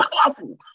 powerful